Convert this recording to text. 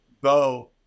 Bo